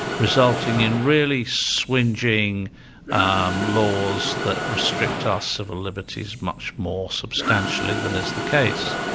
resulting in really swingeing um laws that restrict our civil liberties much more substantially than is the case.